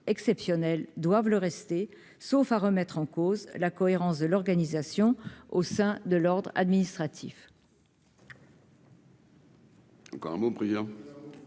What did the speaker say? exceptionnelles doivent le rester, sauf à remettre en cause la cohérence de l'organisation au sein de l'ordre administratif.